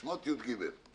שמות י"ג.